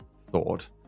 thought